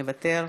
מוותר,